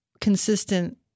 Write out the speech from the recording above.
consistent